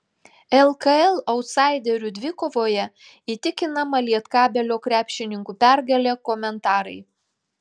lkl autsaiderių dvikovoje įtikinama lietkabelio krepšininkų pergalė komentarai